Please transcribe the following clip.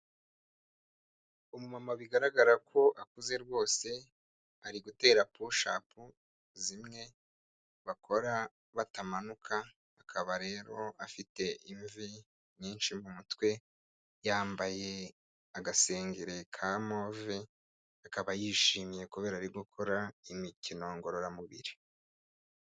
Umumama bigaragara ko akuze rwose ari gutera pushapu zimwe bakora batamanuka, akaba rero afite imvi nyinshi mu mutwe yambaye agasenge ka movi, akaba yishimye kubera ari gukora imikino ngororamubiri.